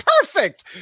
perfect